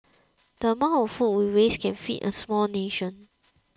the amount of food we waste can feed a small nation